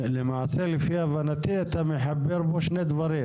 לפי הבנתי, אתה מחבר פה שני דברים